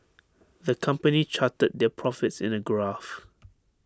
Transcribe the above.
the company charted their profits in A graph